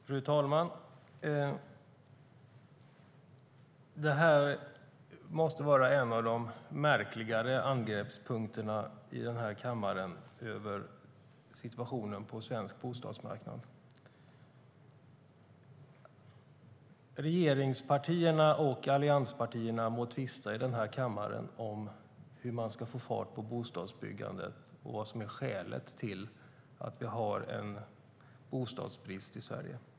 Fru talman! Detta måste vara en av de märkligare angreppspunkterna i den här kammaren när det gäller situationen på svensk bostadsmarknad. Regeringspartierna och allianspartierna må tvista i denna kammare om hur man ska få fart på bostadsbyggandet och vad som är skälet till att vi har bostadsbrist i Sverige.